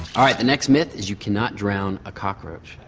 all right the next myth is you cannot drown a cockroach.